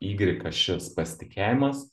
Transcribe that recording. yrgik ašis pasitikėjimas